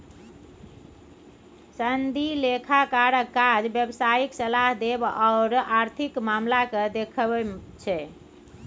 सनदी लेखाकारक काज व्यवसायिक सलाह देब आओर आर्थिक मामलाकेँ देखब छै